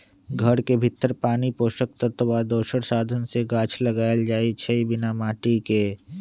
घर के भीतर पानी पोषक तत्व आ दोसर साधन से गाछ लगाएल जाइ छइ बिना माटिके